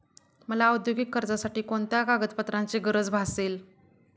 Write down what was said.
मला औद्योगिक कर्जासाठी कोणत्या कागदपत्रांची गरज भासेल?